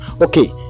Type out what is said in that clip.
okay